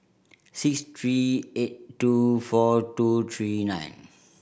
six three eight two four two three nine